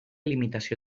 limitació